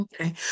Okay